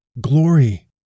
Glory